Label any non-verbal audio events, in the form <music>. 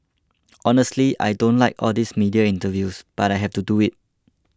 <noise> honestly I don't like all these media interviews but I have to do it